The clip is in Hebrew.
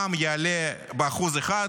המע"מ יעלה ב-1%,